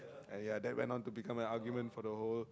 !aiya! then when on to become an argument for the whole